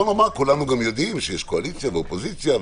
כולנו יודעים שיש קואליציה ואופוזיציה,